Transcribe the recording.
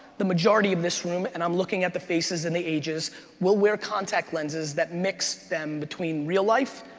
the majority of this room, and i'm looking at the faces and the ages will wear contact lenses that mix them between real life,